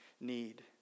need